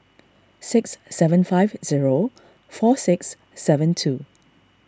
six seven five zero four six seven two